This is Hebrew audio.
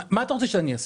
מה אתה רוצה שאני אעשה?